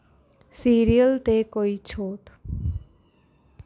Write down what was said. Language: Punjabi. ਸਿਰਿਅਲ 'ਤੇ ਕੋਈ ਛੋਟ